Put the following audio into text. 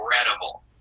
incredible